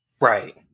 Right